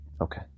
okay